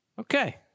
Okay